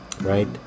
right